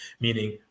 meaning